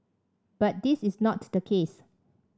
but this is not the case